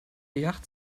yacht